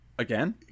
Again